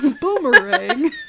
Boomerang